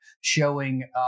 showing